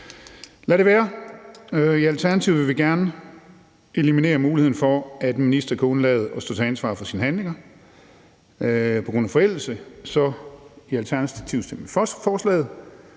Lad nu det være. I Alternativet vil vi gerne eliminere muligheden for, at en minister kan undlade at stå til ansvar for sine handlinger på grund af forældelse. Så i Alternativet stemmer vi for forslaget.